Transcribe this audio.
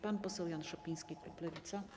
Pan poseł Jan Szopiński, klub Lewica.